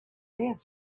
then